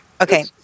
Okay